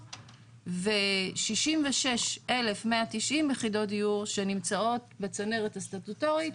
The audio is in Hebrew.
ו- 66,190 יחידות דיור שנמצאות בצנרת הסטטוטורית,